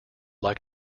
like